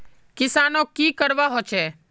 किसानोक की करवा होचे?